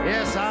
Yes